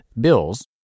bills